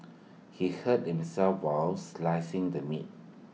he hurt himself while slicing the meat